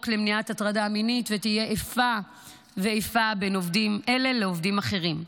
למניעת הטרדה מינית ושתהיה איפה ואיפה בין עובדים אלה לעובדים אחרים.